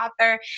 author